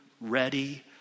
ready